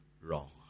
wrong